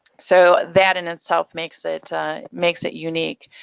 so that, in itself, makes it makes it unique.